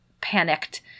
panicked